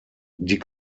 die